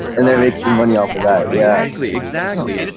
and they're making money off of that. yeah, exactly. exactly. and